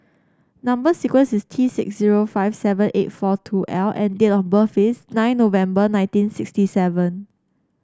number sequence is T six zero five seven eight four two L and date of birth is nine November nineteen sixty seven